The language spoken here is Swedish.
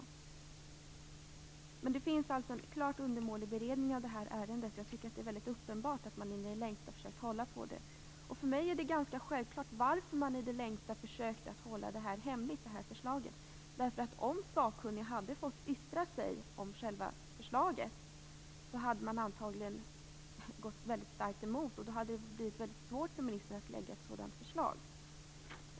Beredningen av ärendet är alltså klart undermålig. Jag tycker att det är helt uppenbart att man in i det längsta försökt att hålla på detta. För mig framstår det som ganska självklart varför man in i det längsta har försökt att hålla förslaget hemligt. Om en sakkunnig hade fått yttra sig över själva förslaget skulle vederbörande antagligen ha varit starkt emot. Då hade det blivit väldigt svårt för ministern att lägga fram ett sådant här förslag.